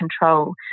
control